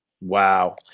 Wow